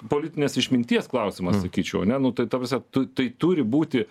politinės išminties klausimas sakyčiau ane nu ta prasme tu tai turi būti